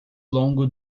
longo